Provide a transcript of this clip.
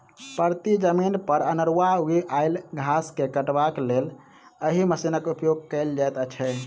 परती जमीन पर अनेरूआ उगि आयल घास के काटबाक लेल एहि मशीनक उपयोग कयल जाइत छै